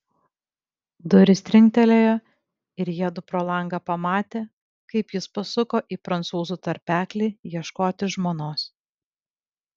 durys trinktelėjo ir jiedu pro langą pamatė kaip jis pasuko į prancūzų tarpeklį ieškoti žmonos